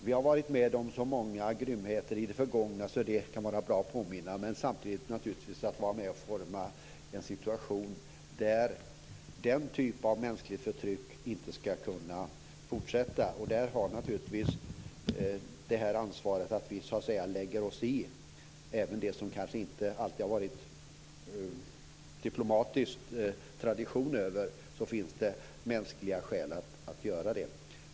Vi har varit med om så många grymheter i det förgångna att det kan vara bra att påminna om detta. Men samtidigt måste vi vara med och forma en situation där denna typ av mänskligt förtryck inte ska kunna fortsätta. Där har vi naturligtvis ansvaret att lägga oss i. Även om det kanske inte alltid finns sådan diplomatisk tradition finns det mänskliga skäl att göra det.